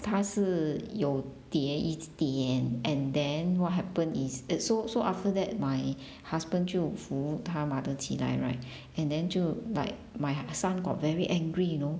她是有跌一点 and then what happen is it so so after that my husband 就扶他 mother 起来 right and then 就 like my son got very angry you know